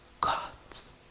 God's